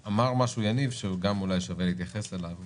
יניב אמר משהו שגם אולי שווה להתייחס אליו.